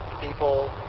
people